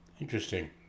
Interesting